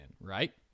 right